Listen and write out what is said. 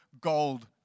gold